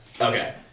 Okay